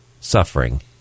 suffering